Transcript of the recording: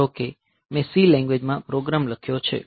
ધારો કે મેં C લેન્ગવેજમાં પ્રોગ્રામ લખ્યો છે